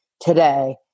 today